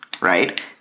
Right